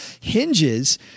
hinges